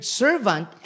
servant